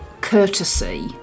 courtesy